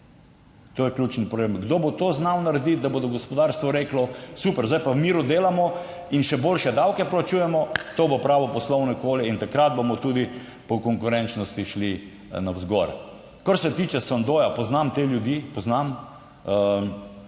To je ključen problem. Kdo bo to znal narediti, da bo gospodarstvo reklo, super, zdaj pa v miru delamo in še boljše davke plačujemo. To bo pravo poslovno okolje in takrat bomo tudi po konkurenčnosti šli navzgor. Kar se tiče, Sandoja, poznam te ljudi, poznam